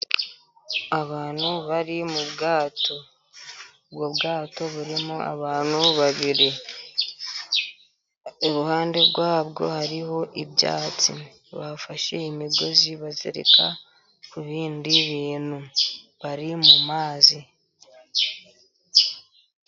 Abantu bari mu bwato. Ubwo bwato burimo abantu babiri. Iruhande rwabwo hariho ibyatsi, bafashe imigozi bazirika ku bindi bintu bari mu mazi.